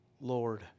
Lord